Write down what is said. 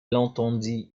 entendit